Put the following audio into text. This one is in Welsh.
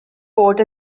bod